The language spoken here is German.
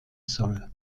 soll